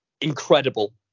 Incredible